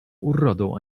urodą